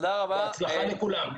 בהצלחה לכולם.